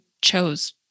chose